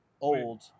Old